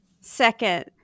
Second